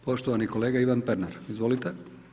Poštovani kolega Ivan Pernar, izvolite.